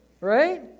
right